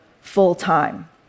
full-time